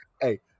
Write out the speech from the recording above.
Hey